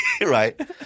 Right